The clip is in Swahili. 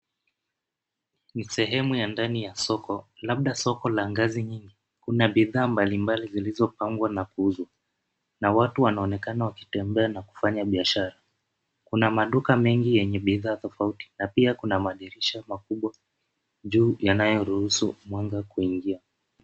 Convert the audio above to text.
Ni sehemu ya ndani ya soko, labda soko la ngazi nyingi. Kuna bidhaa mbali mbali zilizopangwa na kuuzwa na watu wanaonekana wakitembea na kufanya biashara. Kuna maduka mengi yenye bidhaa tofauti na pia kuna madirisha makubwa juu yanayoruhusu mwanga kuingia.